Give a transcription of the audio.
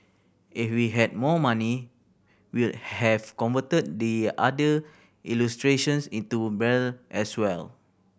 if we had more money we'll have converted the other illustrations into Braille as well